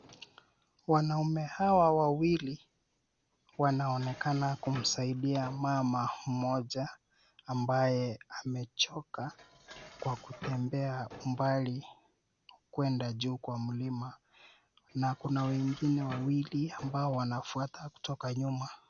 Wanaume hawa wawili wanaonekana kumsaidia mama mmoja ambaye amechoka, kwa kutembea umbali kuenda juu kwa mlima na kuna wengine wawili ambao wanafuata kutoka nyuma.